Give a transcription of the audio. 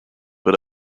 but